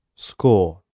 Score